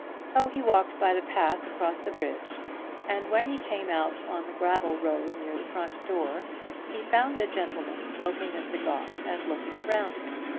so he walked by the path across the bridge and when he came out on the gravel road near the front door he found a gentleman smoking a cigar and looking around him.